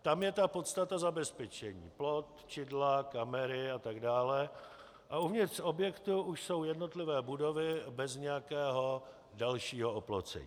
Tam je ta podstata zabezpečení, plot, čidla, kamery a tak dále, a uvnitř objektu už jsou jednotlivé budovy bez nějakého dalšího oplocení.